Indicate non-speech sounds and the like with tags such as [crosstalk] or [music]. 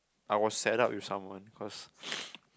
I was set up with some one cause [breath]